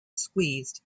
squeezed